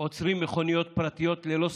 עוצרים מכוניות פרטיות ללא סמכות.